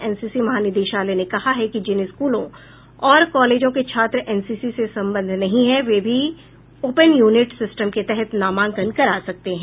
NCC महानिदेशालय ने कहा है कि जिन स्कूलों और कॉलेजों के छात्र एनसीसी से संबद्ध नहीं हैं वे भी ओपन यूनिट सिस्टम के तहत नामांकन करा सकते हैं